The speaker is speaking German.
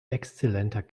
exzellenter